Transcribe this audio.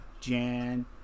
Jan